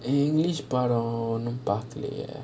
english படம் ஒன்னும் பாக்களையே:padam onum paakalaiyae